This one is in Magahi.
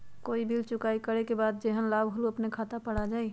कोई बिल चुकाई करे के बाद जेहन लाभ होल उ अपने खाता पर आ जाई?